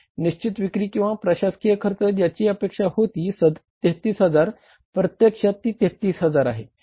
निश्चित विक्री किंवा प्रशासकीय खर्च ज्याची अपेक्षा होती 33000 प्रत्यक्षात ती 33000 आहे